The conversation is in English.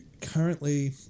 currently